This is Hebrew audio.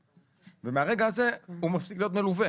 ומהרגע הזה הוא מפסיק להיות מלווה.